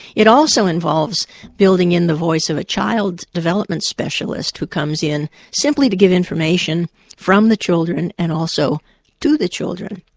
it also involves building in the voice of a child development specialist who comes in simply to give information from the children and also to the children.